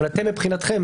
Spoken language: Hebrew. מבחינתכם,